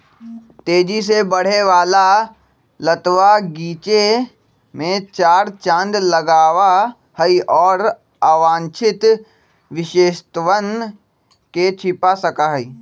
तेजी से बढ़े वाला लतवा गीचे में चार चांद लगावा हई, और अवांछित विशेषतवन के छिपा सका हई